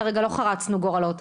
לא חרצנו גורלות.